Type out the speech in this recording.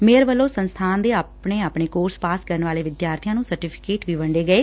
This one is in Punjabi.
ਮੇਅਰ ਵੱਲੋਂ ਸੰਸਬਾਨ ਦੇ ਆਪਣੇ ਆਪਣੇ ਕੋਰਸ ਪਾਸ ਕਰਨ ਵਾਲੇ ਵਿਦਿਆਰਥੀਆਂ ਨੂੰ ਸਰਟੀਫੀਕੇਟ ਵੀ ਵੰਡੇ ਗਏ